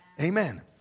Amen